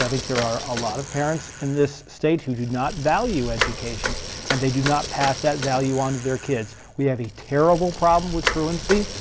think there are a lot of parents in this state who do not value education and they do not pass that value onto their kids. we have a terrible problem with truancy,